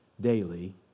daily